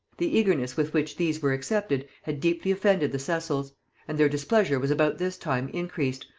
the eagerness with which these were accepted had deeply offended the cecils and their displeasure was about this time increased,